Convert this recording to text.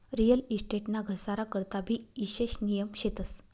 real estate ना घसारा करता भी ईशेष नियम शेतस